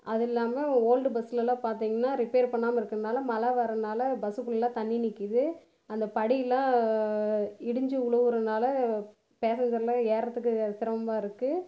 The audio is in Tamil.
அதில்லாமல் ஓல்டு பஸ்ஸுலலாம் பார்த்தீங்கன்னா ரிப்பேர் பண்ணாமல் இருக்கிறதுனால மழை வர்றதுனால பஸ்சுக்குள்ளேலா தண்ணி நிற்கிது அந்த படிலாம் இடிஞ்சு விழுவுறனால பேசஞ்சேர்லா ஏறுகிறதுக்கு சிரமமாக இருக்கு